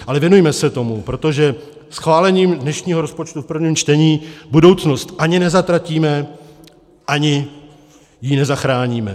Ale věnujme se tomu, protože schválením dnešního rozpočtu v prvním čtení budoucnost ani nezatratíme, ani ji nezachráníme.